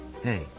Hey